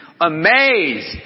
amazed